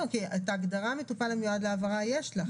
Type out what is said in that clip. כי את ההגדרה מטופל המיועד להעברה יש לך.